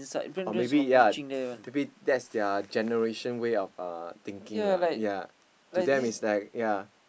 or maybe ya maybe that's their generation way of uh thinking lah ya to them it's like ya